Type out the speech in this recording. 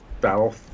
Battle